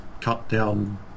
cut-down